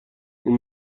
این